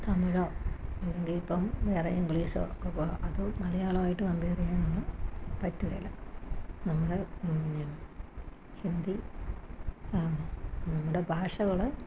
തമിഴോ വേറെ ഇപ്പോള് വേറെ ഇംഗ്ലീഷോ ഒക്കെ അത് മലയാളവുമായിട്ട് കംപെയര് ചെയ്യാനൊന്നും പറ്റുകേല നമ്മള് പിന്നെ ഹിന്ദി നമ്മുടെ ഭാഷകള്